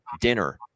dinner